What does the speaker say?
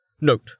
Note